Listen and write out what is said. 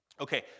Okay